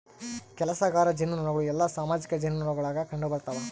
ಕೆಲಸಗಾರ ಜೇನುನೊಣಗಳು ಎಲ್ಲಾ ಸಾಮಾಜಿಕ ಜೇನುನೊಣಗುಳಾಗ ಕಂಡುಬರುತವ